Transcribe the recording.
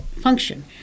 function